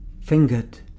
fingered